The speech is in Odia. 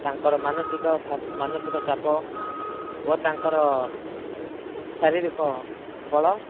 ତାଙ୍କର ମାନସିକ ଭାବ ମାନସିକ ଚାପ ଓ ତାଙ୍କର ଶାରିରୀକ ବଳ